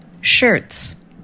shirts